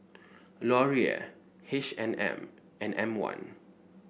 Laurier H and M and M one